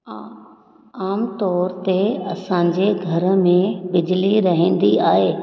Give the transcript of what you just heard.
हा आम तौरि ते असां जे घर में बिजली रहंदी आहे